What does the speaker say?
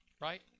right